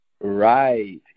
Right